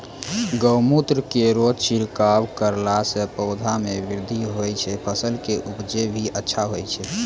गौमूत्र केरो छिड़काव करला से पौधा मे बृद्धि होय छै फसल के उपजे भी अच्छा होय छै?